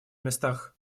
местах